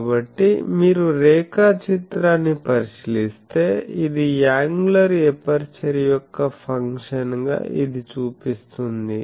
కాబట్టి మీరు రేఖాచిత్రాన్ని పరిశీలిస్తే ఇది యాంగులర్ ఎపర్చరు యొక్క ఫంక్షన్ గా ఇది చూపిస్తుంది